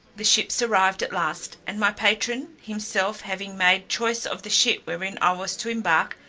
the ships arrived at last, and my patron, himself having made choice of the ship wherein i was to embark,